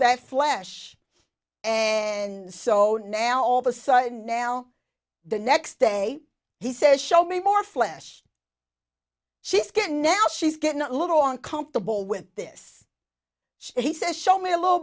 that flash and so now all the sign now the next day he says show me more flesh she's good now she's getting a little uncomfortable with this he says show me a little